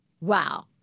Wow